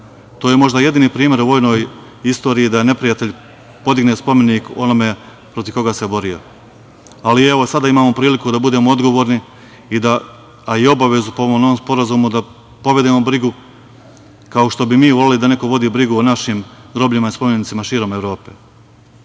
je možda jedini primer o vojnoj istoriji da neprijatelj podigne spomenik onome protiv koga se borio, ali evo sada imamo priliku da budemo odgovorni, a i obavezu po ovom novom Sporazumu da povedemo brigu kao što bi mi voleli da neko vodi brigu o našim grobljima, spomenicima širom